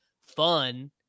fun